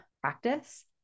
practice